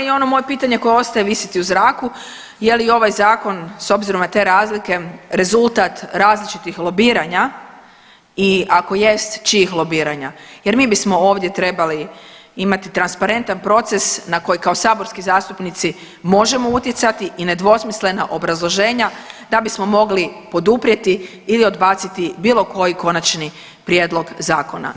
I ono moje pitanje koje ostaje visiti u zraku je li ovaj zakon s obzirom na te razlike rezultat različitih lobiranja i ako jest čijih lobiranja jer mi bismo ovdje trebali imati transparentan proces na koje kao saborski zastupnici možemo utjecati i nedvosmislena obrazloženja da bismo mogli poduprijeti ili odbaciti bilo koji konačni prijedlog zakona.